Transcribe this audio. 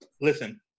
Listen